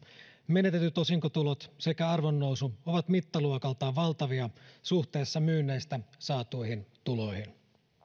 menetetyt osinkotulot sekä arvonnousu ovat mittaluokaltaan valtavia suhteessa myynneistä saatuihin tuloihin